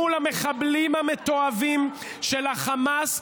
מול המחבלים המתועבים של החמאס,